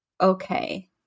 Okay